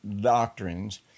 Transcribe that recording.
doctrines